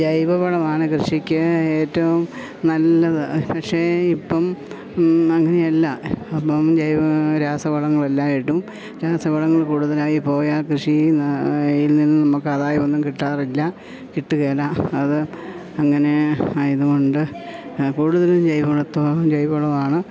ജൈവ വളമാണ് കൃഷിക്ക് ഏറ്റവും നല്ലത് പക്ഷേയിപ്പം അങ്ങനെയല്ല എന്നും ജൈവ രാസവളങ്ങളെല്ലാമായിട്ടും രാസവളങ്ങൾ കൂടുതലായിപ്പോയാൽ കൃഷിയിൽ യിൽ നിന്നും നമുക്കാദായമൊന്നും കിട്ടാറില്ല കിട്ടുകയില്ല അത് അങ്ങനെ ആയതു കൊണ്ട് കൂടുതലും ജൈവവളത്വം ജൈവ വളമാണ്